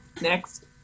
next